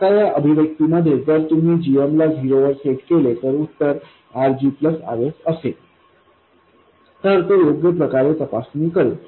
आता या अभिव्यक्तीमध्ये जर तुम्ही gm ला झिरो वर सेट केले तर उत्तर RG Rs असेल तर ते योग्य प्रकारे तपासणी करेल